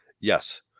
Yes